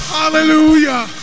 hallelujah